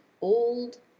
Old